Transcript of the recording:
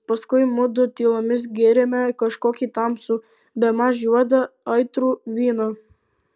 paskui mudu tylomis gėrėme kažkokį tamsų bemaž juodą aitrų vyną